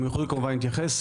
הם יוכלו כמובן להתייחס.